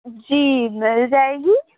جی مل جائے گی